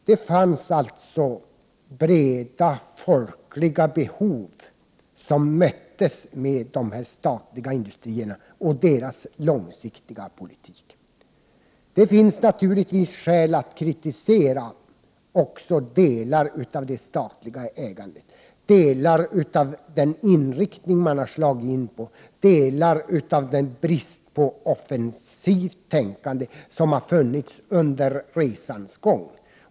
Det fanns alltså breda folkliga behov som möttes med de statliga industrierna och deras långsiktiga politik. Det finns naturligtvis skäl att kritisera också delar av det statliga ägandet, delar av den inriktning som man har slagit in på och delar av den brist på offensivt tänkande som har funnits under resans gång.